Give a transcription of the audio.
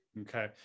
Okay